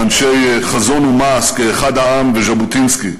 באנשי חזון ומעש כאחד-העם וז'בוטינסקי.